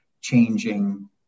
changing